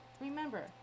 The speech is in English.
Remember